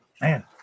man